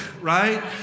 right